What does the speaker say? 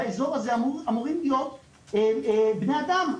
באזור הזה אמורים להיות בני אדם,